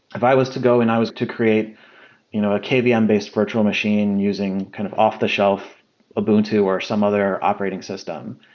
if i was to go and i was to create you know a kvm-based virtual machine using kind of off-the-shelf ubuntu or some other operating system,